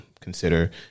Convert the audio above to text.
consider